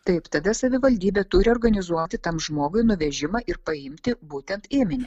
taip tada savivaldybė turi organizuoti tam žmogui nuvežimą ir paimti būtent ėminį